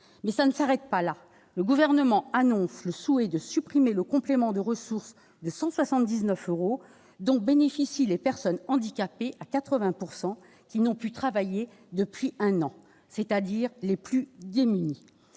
cela ne s'arrête pas là : le Gouvernement a annoncé son souhait de supprimer le complément de ressources de 179 euros dont bénéficient les personnes handicapées à 80 % qui n'ont pas pu travailler depuis un an, à savoir les plus démunis.